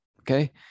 Okay